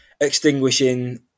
extinguishing